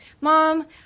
Mom